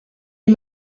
est